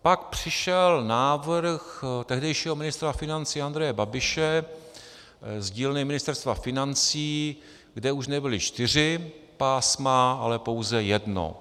Pak přišel návrh tehdejšího ministra financí Andreje Babiše z dílny Ministerstva financí, kde už nebyla čtyři pásma, ale pouze jedno.